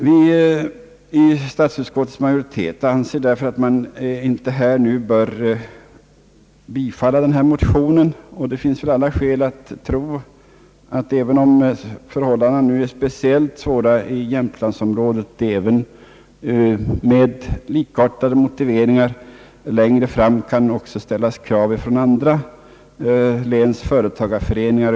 Vi i statsutskottets majoritet anser därför att man inte bör bifalla denna motion, och det finns alla skäl att tro att även om förhållandena är speciellt svåra i jämtlandsområdet kan det med likartade motiveringar även längre fram ställas krav från andra läns företagareföreningar.